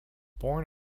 born